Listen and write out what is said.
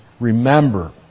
remember